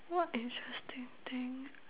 what interesting thing ah